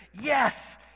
Yes